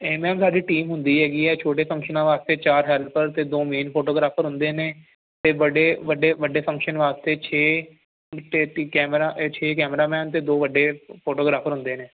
ਇਹ ਨਾ ਵੀ ਸਾਡੀ ਟੀਮ ਹੁੰਦੀ ਹੈਗੀ ਹੈ ਛੋਟੇ ਫੰਕਸ਼ਨਾਂ ਵਾਸਤੇ ਚਾਰ ਹੈਲਪਰ ਅਤੇ ਦੋ ਮੇਨ ਫੋਟੋਗ੍ਰਾਫਰ ਹੁੰਦੇ ਨੇ ਅਤੇ ਵੱਡੇ ਵੱਡੇ ਵੱਡੇ ਫੰਕਸ਼ਨ ਵਾਸਤੇ ਛੇ ਅਤੇ ਕੈਮਰਾ ਛੇ ਕੈਮਰਾਮੈਨ ਅਤੇ ਦੋ ਵੱਡੇ ਫੋਟੋਗ੍ਰਾਫਰ ਹੁੰਦੇ ਨੇ